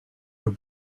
your